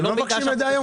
אתם לא מבקשים מידע היום?